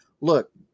Look